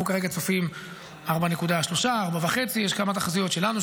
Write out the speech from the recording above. אנחנו כרגע צופים 4.3% 4.5% יש כמה תחזיות שלנו,